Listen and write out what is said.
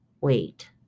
Wait